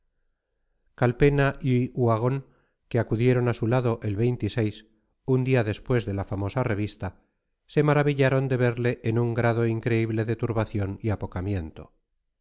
metido calpena y uhagón que acudieron a su lado el un día después de la famosa revista se maravillaron de verle en un grado increíble de turbación y apocamiento